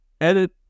edit